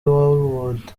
hollywood